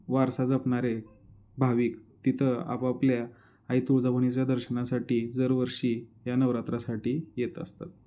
वारसा जपणारे भाविक तिथं आपापल्या आई तुळजाभवानीच्या दर्शनासाठी दरवर्षी या नवरात्रासाठी येत असतात